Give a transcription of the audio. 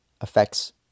affects